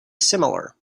similar